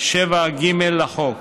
7ג לחוק.